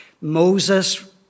Moses